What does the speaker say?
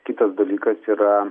kitas dalykas yra